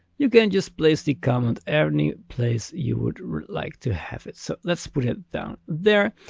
you can just place the comment any place you would like to have it. so let's put it down there.